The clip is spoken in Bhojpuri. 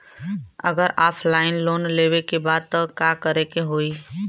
अगर ऑफलाइन लोन लेवे के बा त का करे के होयी?